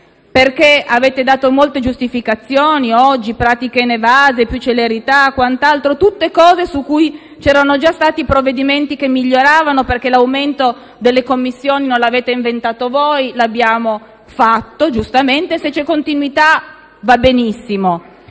Avete dato molte giustificazioni oggi: pratiche inevase, più celerità, tutte cose per cui c'erano già stati provvedimenti volti al miglioramento, perché l'aumento delle commissioni non l'avete inventato voi, l'abbiamo fatto giustamente noi, ma se c'è continuità va benissimo.